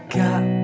got